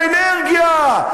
איזו אנרגיה,